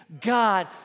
God